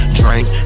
drink